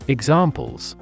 Examples